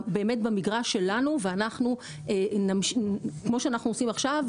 באמת במגרש שלנו וכמו שאנחנו עושים עכשיו,